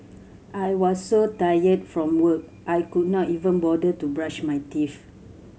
I was so tired from work I could not even bother to brush my teeth